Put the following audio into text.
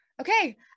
okay